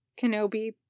Kenobi